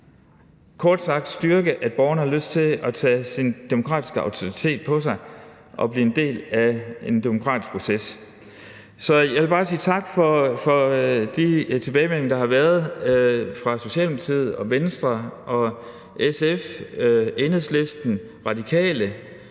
kort sagt styrke borgernes lyst til at tage deres demokratiske autoritet på sig og blive en del af en demokratisk proces. Så jeg vil bare sige tak for de tilbagemeldinger, der har været fra Socialdemokratiet, Venstre, SF, Enhedslisten og Radikale,